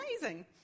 amazing